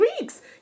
weeks